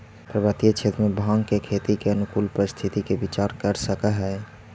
पर्वतीय क्षेत्र में भाँग के खेती के अनुकूल परिस्थिति के विचार कर सकऽ हई